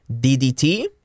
DDT